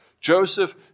Joseph